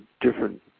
different